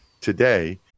today